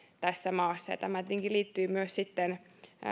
tässä maassa ja tämä tietenkin liittyy myös